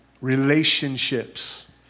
relationships